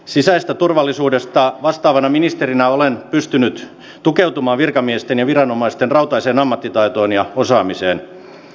sisäisestä turvallisuudesta vastaavana ministerinä olen pystynyt tukeutumaan virkamiesten ja viranomaisten rautaiseen ammattitaitoon ja osaamiseen